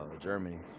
Germany